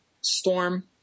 Storm